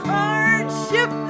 hardship